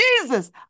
Jesus